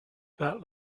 that